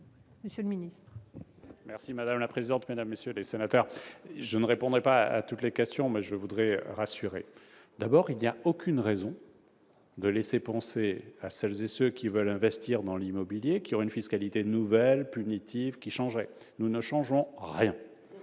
secrétaire d'État. Mesdames, messieurs les sénateurs, je ne répondrai pas à toutes les questions, mais je voudrais vous rassurer. D'abord, il n'y a aucune raison de laisser penser à celles et ceux qui veulent investir dans l'immobilier qu'une fiscalité nouvelle, punitive, changerait la donne. Nous ne changeons rien